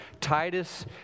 Titus